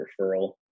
referral